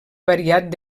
variat